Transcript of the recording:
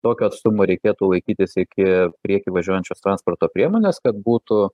tokio atstumo reikėtų laikytis iki prieky važiuojančios transporto priemonės kad būtų